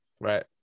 right